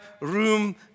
room